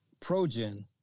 progen